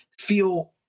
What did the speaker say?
feel